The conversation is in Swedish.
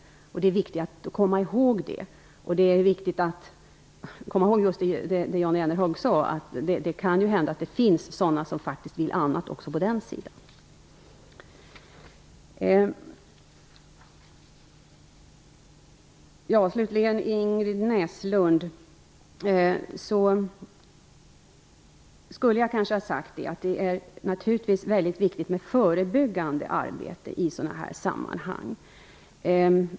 Det är viktigt att komma ihåg det, och att det - som Jan Jennehag sade - kan finnas sådana som vill annat också på den sidan. Till Ingrid Näslund skulle jag kanske ha sagt att det är mycket viktigt med förebyggande arbete i sådana här sammanhang.